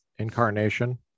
incarnation